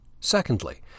Secondly